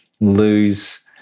lose